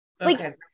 Okay